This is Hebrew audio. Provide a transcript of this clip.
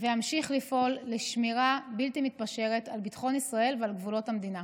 ואמשיך לפעול לשמירת בלתי מתפשרת על ביטחון ישראל ועל גבולות המדינה.